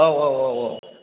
औ औ औ औ औ